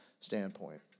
standpoint